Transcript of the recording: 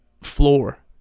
floor